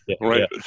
right